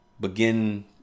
begin